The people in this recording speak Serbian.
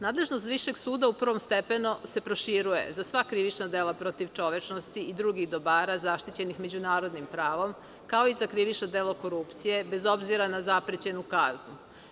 Nadležnost višeg suda u prvom stepenu se proširuje za sva krivična dela protiv čovečnosti i drugih dobara zaštićenih međunarodnim pravom, kao i za krivično delo korupcije, bez obzira na zaprećenu kaznu.